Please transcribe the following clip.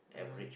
(uh huh)